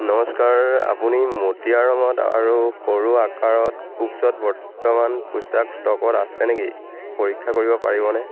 নমস্কাৰ আপুনি মটিয়া ৰঙত আৰু সৰু আকাৰত কুভছ্ত বৰ্তমান পোচাক ষ্টকত আছে নেকি পৰীক্ষা কৰিব পাৰিবনে